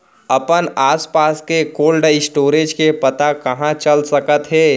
अपन आसपास के कोल्ड स्टोरेज के पता कहाँ चल सकत हे?